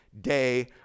day